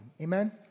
Amen